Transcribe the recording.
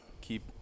keep